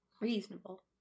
Reasonable